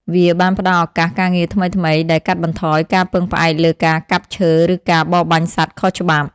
វាបានផ្តល់ឱកាសការងារថ្មីៗដែលកាត់បន្ថយការពឹងផ្អែកលើការកាប់ឈើឬការបរបាញ់សត្វខុសច្បាប់។